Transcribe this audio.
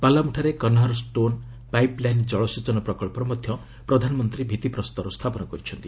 ପାଲାମୁଠାରେ Kanhar stone pipeline ଜଳସେଚନ ପ୍ରକଳ୍ପର ମଧ୍ୟ ପ୍ରଧାନମନ୍ତ୍ରୀ ଭିତ୍ତିପ୍ରସ୍ତର ସ୍ଥାପନ କରିଛନ୍ତି